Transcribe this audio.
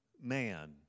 man